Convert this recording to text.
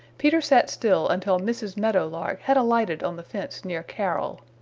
peter sat still until mrs. meadow lark had alighted on the fence near carol.